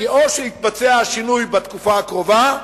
כי או שהשינוי יתבצע בתקופה הקרובה,